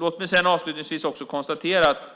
Låt mig avslutningsvis konstatera att